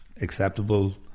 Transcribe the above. acceptable